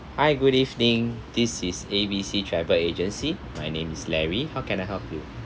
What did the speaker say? hi good evening this is A B C travel agency my name is larry how can I help you